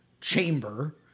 chamber